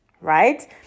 right